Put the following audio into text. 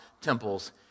temples